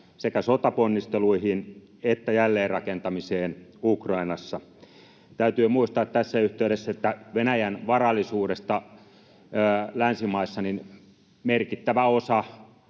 sekä sotaponnisteluihin että jälleenrakentamiseen Ukrainassa. Täytyy muistaa tässä yhteydessä, että Venäjän varallisuudesta länsimaissa merkittävä osa